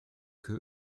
que